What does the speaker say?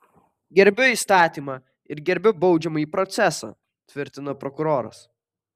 gerbiu įstatymą ir gerbiu baudžiamąjį procesą tvirtino prokuroras